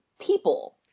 people